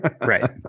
Right